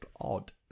odd